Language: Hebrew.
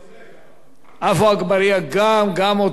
עפו אגבאריה גם הוא רשום.